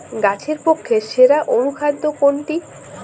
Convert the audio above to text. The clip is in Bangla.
গাছের পক্ষে সেরা অনুখাদ্য কোনটি?